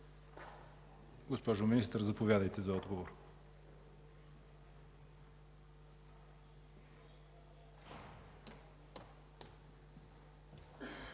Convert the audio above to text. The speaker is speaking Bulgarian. Госпожо министър, заповядайте за отговор.